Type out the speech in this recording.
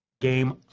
game